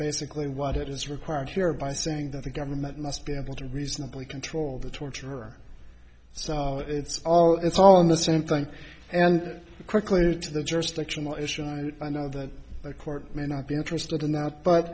basically what it is required here by saying that the government must be able to reasonably control the torturer so it's all it's all in the same thing and quickly to the jurisdictional issue and i know that the court may not be interested in out but